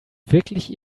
wirklich